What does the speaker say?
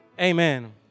amen